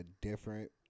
different